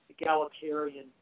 egalitarian